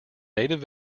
native